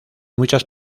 muchas